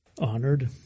honored